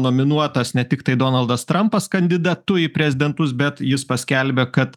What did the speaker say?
nominuotas ne tiktai donaldas trampas kandidatu į prezidentus bet jis paskelbė kad